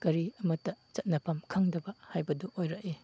ꯀꯔꯤ ꯑꯃꯇ ꯆꯟꯅꯐꯝ ꯈꯪꯗꯕ ꯍꯥꯏꯕꯗꯨ ꯑꯣꯏꯔꯛꯏ